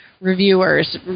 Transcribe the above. reviewers